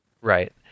Right